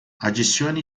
adicione